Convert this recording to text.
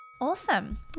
Awesome